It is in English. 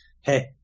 Hey